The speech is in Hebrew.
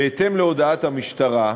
בהתאם להודעת המשטרה,